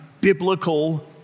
biblical